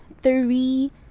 three